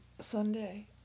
Sunday